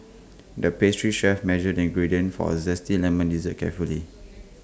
the pastry chef measured ingredients for A Zesty Lemon Dessert carefully